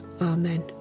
amen